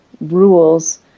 Rules